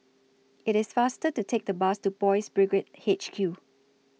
IT IS faster to Take The Bus to Boys' Brigade H Q